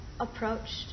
approached